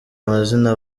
amazina